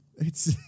It's-